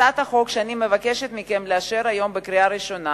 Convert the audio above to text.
הצעת החוק שאני מבקשת מכם לאשר היום בקריאה ראשונה